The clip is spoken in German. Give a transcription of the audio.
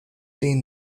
den